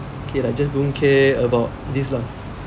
okay like just don't care about this lah